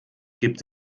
gibt